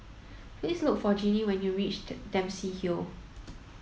please look for Ginny when you reached Dempsey Hill